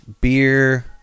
beer